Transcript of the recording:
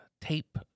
tape